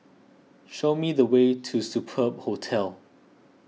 show me the way to Superb Hostel